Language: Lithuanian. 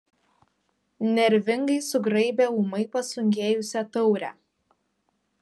nervingai sugraibė ūmai pasunkėjusią taurę